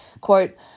Quote